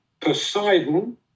Poseidon